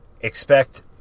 expect